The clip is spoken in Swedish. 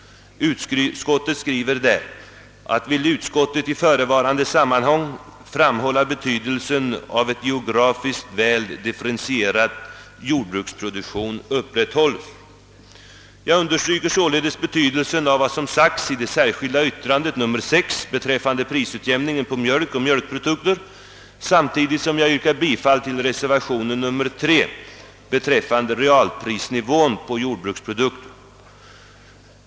Utskottet skriver där att det vill »i förevarande sammanhang framhålla betydelsen av att en geografiskt väl differentierad jordbruksproduktion upprätthålls». Jag understryker således betydelsen av vad som anförts i det särskilda yttrandet 6 beträffande prisutjämningen på mjölk och mjölkprodukter samtidigt som jag yrkar bifall till reservationen 3 beträffande realprisnivån på jordbruksprodukter.